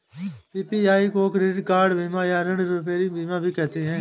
PPI को credit बीमा या ॠण रिपेयरमेंट बीमा भी कहते हैं